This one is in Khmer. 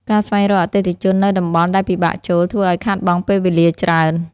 ការស្វែងរកអតិថិជននៅតំបន់ដែលពិបាកចូល ធ្វើឱ្យខាតបង់ពេលវេលាច្រើន។